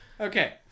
okay